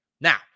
Now